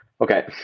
okay